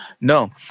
No